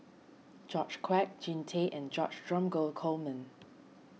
George Quek Jean Tay and George Dromgold Coleman